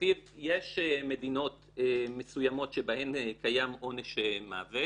לפיו יש מדינות מסוימות שבהן קיים עונש מוות